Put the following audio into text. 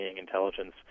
intelligence